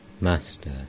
Master